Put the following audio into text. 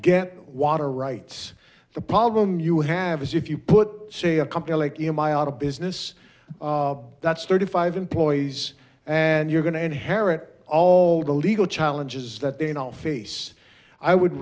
get water rights the problem you have is if you put say a company like e m i out of business that's thirty five employees and you're going to inherit all the legal challenges that they face i would